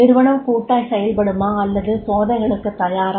நிறுவனம் கூட்டாய் செயல்படுமா அது சோதனைகளுக்கு தயாரா